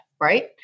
right